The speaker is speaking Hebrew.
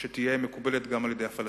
כלשהי שתהיה מקובלת גם על הפלסטינים,